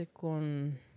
Con